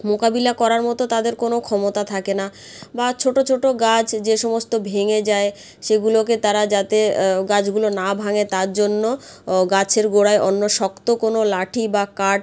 মোকাবিলা করার মতো তাদের কোনো ক্ষমতা থাকে না বা ছোটো ছোটো গাছ যে সমস্ত ভেঙে যায় সেগুলোকে তারা যাতে গাছগুলো না ভাঙে তার জন্য ও গাছের গোড়ায় অন্য শক্ত কোনো লাঠি বা কাঠ